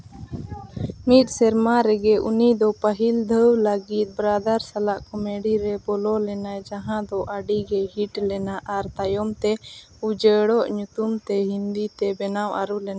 ᱢᱤᱫ ᱥᱮᱨᱢᱟ ᱨᱮᱜᱮ ᱩᱱᱤ ᱫᱚ ᱯᱟᱹᱦᱤᱞ ᱫᱷᱟᱹᱣ ᱞᱟᱹᱜᱤᱫ ᱵᱨᱟᱫᱟᱨ ᱥᱟᱞᱟᱜ ᱠᱚᱢᱮᱰᱤ ᱨᱮ ᱵᱚᱞᱚ ᱞᱮᱱᱟᱭ ᱡᱟᱦᱟᱸ ᱫᱚ ᱟᱹᱰᱤ ᱜᱮ ᱦᱤᱴ ᱞᱮᱱᱟ ᱟᱨ ᱛᱟᱭᱚᱢ ᱛᱮ ᱩᱡᱟᱹᱲᱚᱜ ᱧᱩᱛᱩᱢ ᱛᱮ ᱦᱤᱱᱫᱤ ᱛᱮ ᱵᱮᱱᱟᱣ ᱟᱹᱨᱩ ᱞᱮᱱᱟ